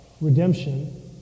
redemption